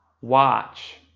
watch